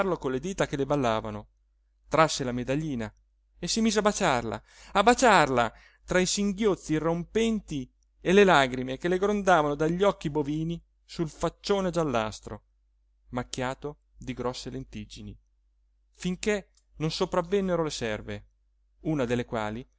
con le dita che le ballavano trasse la medaglina e si mise a baciarla a baciarla tra i singhiozzi irrompenti e le lagrime che le grondavano dagli occhi bovini sul faccione giallastro macchiato di grosse lentiggini finché non sopravvennero le serve una delle quali